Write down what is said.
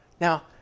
Now